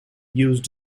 used